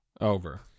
Over